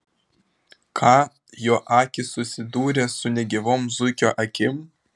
ką jo akys susidūrė su negyvom zuikio akim